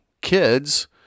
kids